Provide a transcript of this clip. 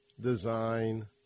design